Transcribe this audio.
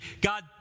God